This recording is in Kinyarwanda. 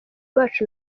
bacu